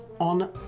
on